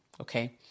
okay